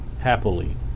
happily